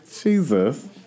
Jesus